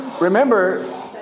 Remember